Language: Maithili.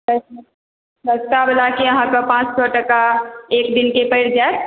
सस्ता बला के अहाँके पाँच सए टका अहाँकेॅं परि जायत